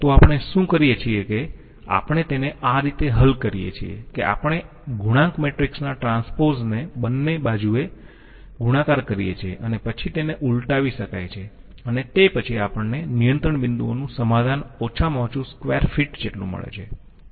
તો આપણે શું કરીયે છીએ કે આપણે તેને આ રીતે હલ કરીયે છીએ કે આપણે ગુણાંક મેટ્રિક્સના ટ્રાન્સપોઝ ને બને બાજુએ ગુણાકાર કરીયે છીએ અને પછી તેને ઉલટાવી શકાય છે અને તે પછી આપણને નિયંત્રણ બિંદુઓનું સમાધાન ઓછામાં ઓછું સ્કેવર ફિટ જેટલું મળે છે